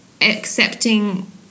accepting